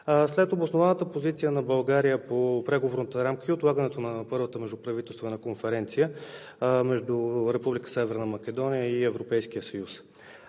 след обоснованата позиция на България по преговорната рамка и отлагането на първата междуправителствена конференция между Република